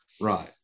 Right